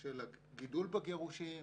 של הגידול בגירושין,